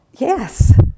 Yes